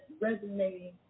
resonating